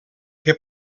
que